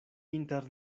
inter